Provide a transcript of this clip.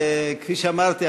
כפי שאמרתי,